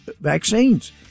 vaccines